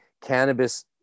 cannabis